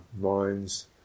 minds